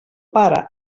pare